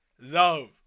love